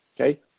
okay